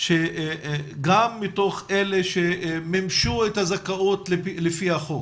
שגם מתוך אלה שמימשו את הזכאות לפי החוק,